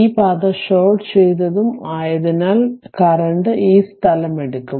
ഈ പാത ഷോർട്ട് ചെയ്തതും ആയതിനാൽ കറന്റ് ഈ സ്ഥലമെടുക്കും